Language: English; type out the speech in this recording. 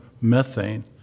methane